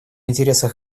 интересах